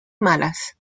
malas